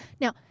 Now